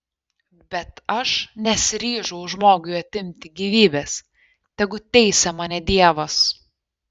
bet aš nesiryžau žmogui atimti gyvybės tegu teisia mane dievas